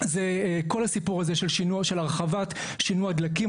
זה כל הסיפור הזה של הרחבת שינוע הדלקים.